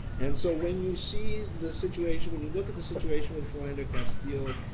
and so when you see the situation when you look at the situation with philando castile.